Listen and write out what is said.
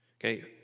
okay